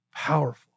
powerful